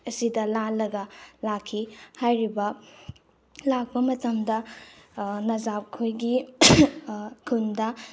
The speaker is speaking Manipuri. ꯑꯁꯤꯗ ꯂꯥꯜꯂꯒ ꯂꯥꯛꯈꯤ ꯍꯥꯏꯔꯤꯕ ꯂꯥꯛꯄ ꯃꯇꯝꯗ ꯅꯖꯥꯞ ꯈꯣꯏꯒꯤ ꯈꯨꯟꯗ